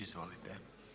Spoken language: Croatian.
Izvolite.